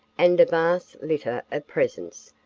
and a vast litter of presents,